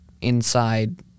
inside